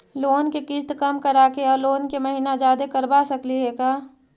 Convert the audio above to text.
Loan के किस्त कम कराके औ लोन के महिना जादे करबा सकली हे का?